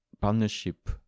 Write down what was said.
partnership